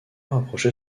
rapprocher